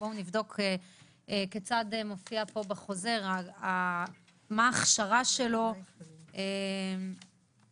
כיצד מופיע בחוזר: מה ההכשרה שלו בדיוק.